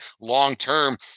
long-term